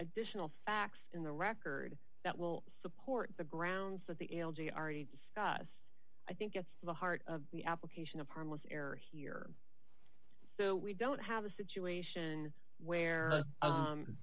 additional facts in the record that will support the grounds that the algae already discussed i think at the heart of the application of harmless error here so we don't have a situation where